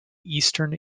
eastern